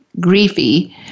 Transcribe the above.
griefy